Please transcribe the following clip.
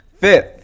Fifth